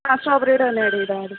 ആ സ്ട്രോബറിയുടെ തന്നെ ആഡ് ചെയ്താൽ മതി